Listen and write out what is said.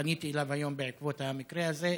פניתי אליו היום בעקבות המקרה הזה.